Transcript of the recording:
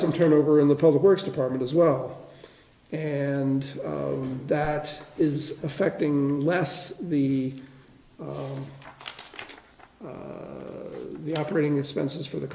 some turnover in the public works department as well and that is affecting less the the operating expenses for the